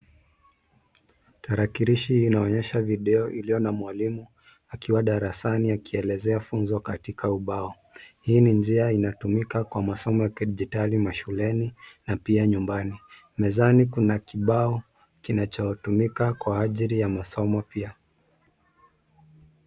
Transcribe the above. Tarakilishi inaonyesha video iliyo na mwalimu akiwa darasani akielezea funzo katika ubao. Hii ni njia inatumika kwa masomo ya kidijitali mashuleni na pia nyumbani. Mezani kuna kibao kinachotumika kwa ajili ya masomo pia.